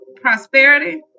prosperity